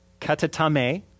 Katatame